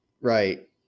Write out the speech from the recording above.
Right